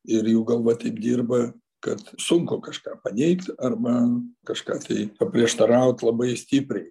ir jų galva taip dirba kad sunku kažką paneigt arba kažką tai paprieštaraut labai stipriai